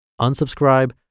Unsubscribe